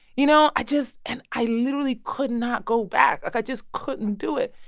you know, i just and i literally could not go back. like i just couldn't do it.